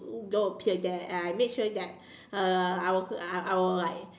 don't appear there and I make sure that uh I will I will like